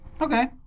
Okay